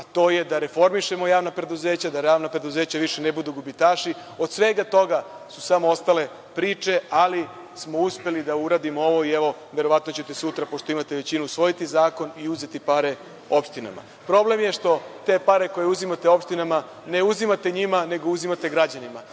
a to je da reformišemo javno preduzeće i da javna preduzeća više ne budu gubitaši. Od svega toga su samo ostale priče, ali smo uspeli da uradimo ovo i verovatno ćete sutra pošto imate većinu usvojiti zakon i uzeti pare opštinama. Problem je što te pare koje uzimate opštinama ne uzimate njima nego uzimate građanima.